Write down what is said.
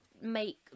make